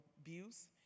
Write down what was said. abuse